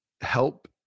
help